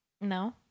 No